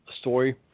story